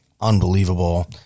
unbelievable